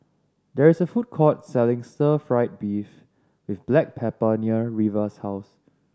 there is a food court selling Stir Fry beef with black pepper near Reva's house